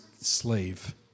slave